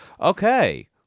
Okay